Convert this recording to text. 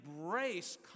embrace